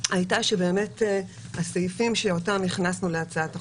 היא שהסעיפים שאותם הכנסנו להצעת החוק,